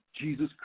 Jesus